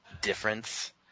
difference